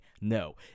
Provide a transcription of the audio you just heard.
No